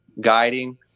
guiding